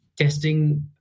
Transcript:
testing